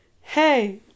hey